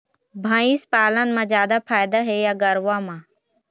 भंइस पालन म जादा फायदा हे या गरवा में?